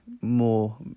more